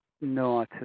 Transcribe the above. no